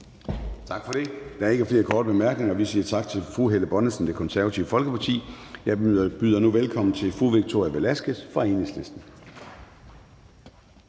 Tak. Der er ikke flere korte bemærkninger. Vi siger tak til fru Helle Bonnesen, Det Konservative Folkeparti. Jeg byder nu velkommen til fru Victoria Velasquez fra Enhedslisten.